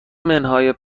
منهای